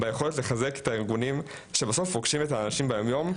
ביכולת לחזק את הארגונים שבסוף פוגשים את האנשים האלה ביום יום.